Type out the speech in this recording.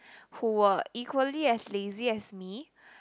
who were equally as lazy as me